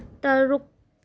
ꯇꯔꯨꯛ